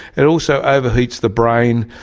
it also overheats the brain,